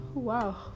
wow